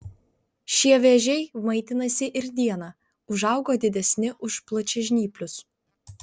šie vėžiai maitinasi ir dieną užauga didesni už plačiažnyplius